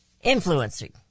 Influencing